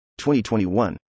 2021